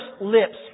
lips